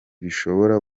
bishobora